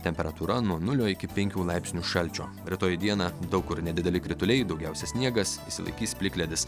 temperatūra nuo nulio iki penkių laipsnių šalčio rytoj dieną daug kur nedideli krituliai daugiausia sniegas išsilaikys plikledis